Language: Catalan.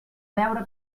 veure